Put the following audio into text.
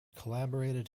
collaborated